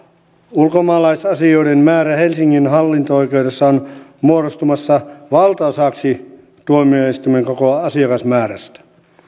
ulkomaalaisasioiden määrä helsingin hallinto oikeudessa on muodostumassa valtaosaksi tuomioistuimen koko asiakasmäärästä